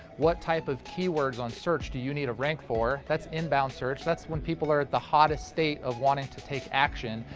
what type of keywords on search do you need to rank for? that's inbound search, that's when people are at the hottest state of wanting to take action,